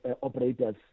operators